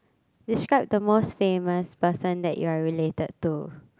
describe the most famous person that you are related to